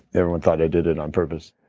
everyone thought i did it on purpose.